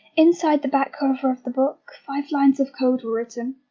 inside the back cover of the book, five lines of code were written.